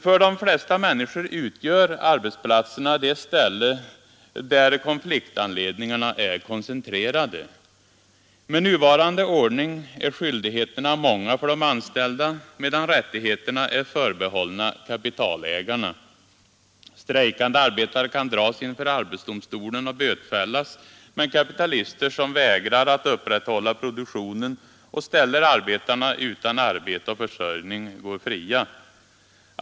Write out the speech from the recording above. För de flesta människor utgör arbetsplatsen det ställe där konfliktanledningarna är koncentrerade. Med nuvarande ordning är skyldigheterna många för de anställda medan rättigheterna är förbehållna kapitalägarna. Strejkande arbetare kan dras inför arbetsdomstolen och bötfällas, men kapitalister som vägrar upprätthålla produktionen och ställer arbetarna utan arbete och försörjning går fria.